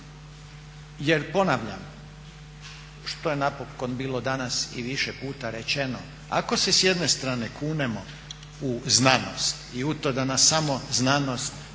Jer ponavljam, što je napokon bilo danas i više puta rečeno, ako se s jedne strane kunemo u znanost i tu da nas znanost i